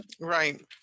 Right